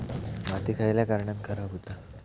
माती खयल्या कारणान खराब हुता?